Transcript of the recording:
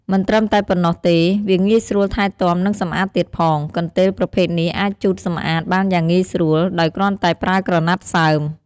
មិនត្រឹមតែប៉ុណ្ណោះទេ វាងាយស្រួលថែទាំ និងសម្អាតទៀតផង កន្ទេលប្រភេទនេះអាចជូតសម្អាតបានយ៉ាងងាយស្រួល ដោយគ្រាន់តែប្រើក្រណាត់សើម។